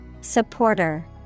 Supporter